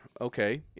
Okay